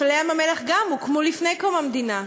גם מפעלי ים-המלח הוקמו לפני קום המדינה.